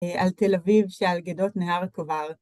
על תל אביב, שעל גדות נהר כובר.